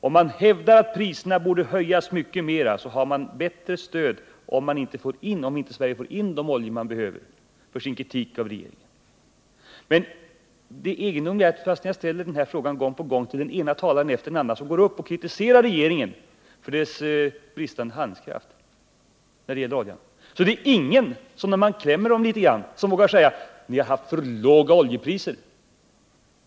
Om man hävdar att priserna borde höjas mycket mer, så har man bättre stöd för sin kritik av regeringen, om inte Sverige får in de oljor vi behöver. Men det egendomliga är att fastän jag ställer den här frågan gång på gång till den ena talaren efter den andra som kritiserar regeringen för dess brisiande handlingskraft när det gäller oljan, så är det ingen som -— efter att ha blivit att trygga tillgången på olja klämd litet grand — vågar säga: Ni har haft för låga oljepriser.